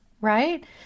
right